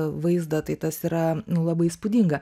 vaizdą tai tas yra labai įspūdinga